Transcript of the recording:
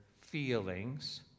feelings